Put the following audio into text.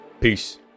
Peace